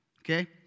Okay